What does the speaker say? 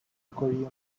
korean